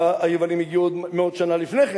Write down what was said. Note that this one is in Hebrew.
היוונים הגיעו עוד מאות שנים לפני כן,